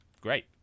Great